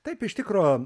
taip iš tikro